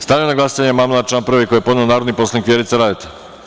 Stavljam na glasanje amandman na član 1. koji je podneo narodni poslanik Vjerica Radeta.